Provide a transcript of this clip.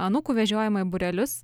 anūkų vežiojimą į būrelius